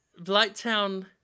Blighttown